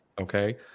Okay